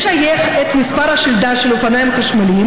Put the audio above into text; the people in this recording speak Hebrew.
לשייך את מספר השלדה של האופניים החשמליים